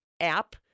app